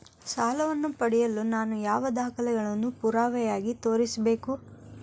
ಸಾಲವನ್ನು ಪಡೆಯಲು ನಾನು ಯಾವ ದಾಖಲೆಗಳನ್ನು ಪುರಾವೆಯಾಗಿ ತೋರಿಸಬೇಕು?